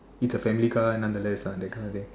it's a family car nonetheless lah that kind of thing